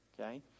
Okay